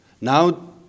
Now